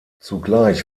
zugleich